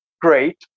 great